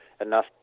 enough